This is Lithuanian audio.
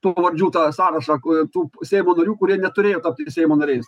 tų pavardžių tą sąrašą ku tų seimo narių kurie neturėjo tapti seimo nariais